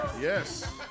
Yes